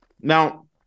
Now